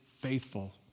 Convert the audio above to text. faithful